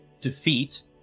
defeat